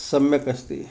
सम्यक् अस्ति